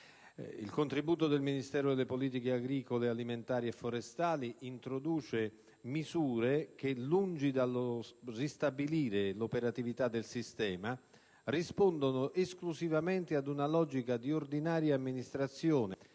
Il contributo del Ministero delle politiche agricole alimentari e forestali introduce misure che, lungi dal ristabilire l'operatività del sistema, rispondono esclusivamente ad una logica di ordinaria amministrazione